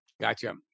gotcha